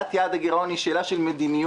קביעת יעד הגירעון היא שאלה של מדיניות